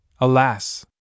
alas